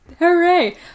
Hooray